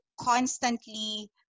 constantly